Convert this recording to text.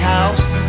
House